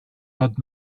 had